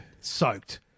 Soaked